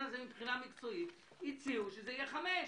הזה מבחינה מקצועית הציעו שזה יהיה חמש.